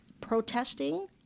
protesting